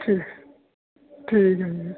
ਠੀਕ ਠੀਕ ਹੈ ਜੀ